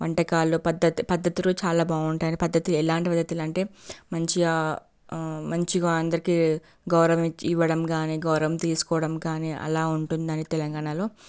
వంటకాలు పద్ధ పద్ధతులు చాలా బాగుంటాయి పద్ధతి ఎలాంటి పద్ధతి అంటే మంచిగా మంచిగా అందరికీ గౌరవివ్వడం కాని గౌరవం తీసుకోవడం కాని అలా ఉంటుందండి తెలంగాణలో